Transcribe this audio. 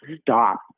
stop